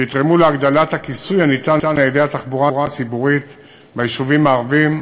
שיתרמו להגדלת הכיסוי הניתן על-ידי התחבורה הציבורית ביישובים הערביים,